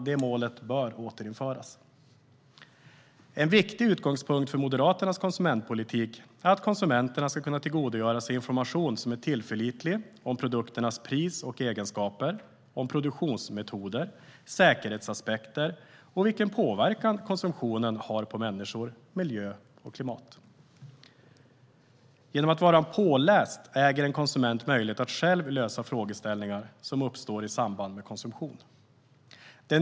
Det målet bör återinföras, herr talman. En viktig utgångspunkt för Moderaternas konsumentpolitik är att konsumenter ska kunna tillgodogöra sig tillförlitlig information om produkternas pris och egenskaper, produktionsmetoder, säkerhetsaspekter och vilken påverkan konsumtionen har på människor, miljö och klimat. Genom att vara påläst äger konsumenten möjligheten att själv besvara frågeställningar som uppstår i samband med konsumtion. Herr talman!